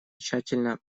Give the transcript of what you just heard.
тщательно